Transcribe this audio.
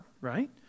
right